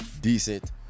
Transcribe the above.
decent